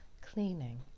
cleaning